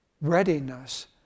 readiness